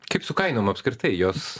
kaip su kainom apskritai jos